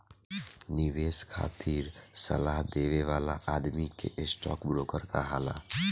निवेश खातिर सलाह देवे वाला आदमी के स्टॉक ब्रोकर कहाला